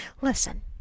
Listen